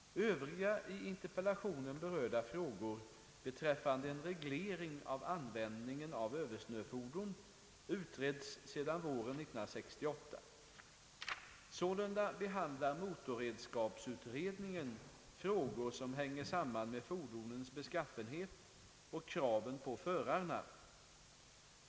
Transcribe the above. Övriga i interpellationen berörda frågor beträffande en reglering av användningen av översnöfordon utreds sedan våren 1968. Sålunda behandlar motorredskapsutredningen frågor som hänger samman med fordonens beskaffenhet och kraven på förarna.